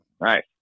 Right